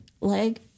leg